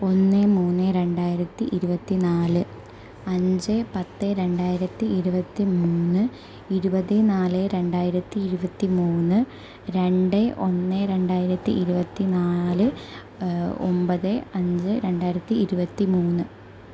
ഒന്ന് മൂന്ന് രണ്ടായിരത്തി ഇരുപത്തി നാല് അഞ്ച് പത്ത് രണ്ടായിരത്തി ഇരുപത്തി മൂന്ന് ഇരുപത് നാല് രണ്ടായിരത്തി ഇരുപത്തി മൂന്ന് രണ്ട് ഒന്ന് രണ്ടായിരത്തി ഇരുപത്തി നാല് ഒൻപത് അഞ്ച് രണ്ടായിരത്തി ഇരുപത്തി മൂന്ന്